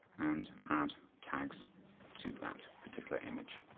and add tags to that particular image.